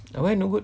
uh why no good